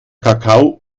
kakao